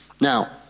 Now